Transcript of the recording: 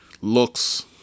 looks